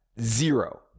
zero